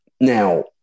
Now